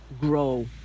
grow